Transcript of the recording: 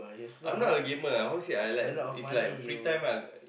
I'm not a gamer ah how to say I like it's like free time I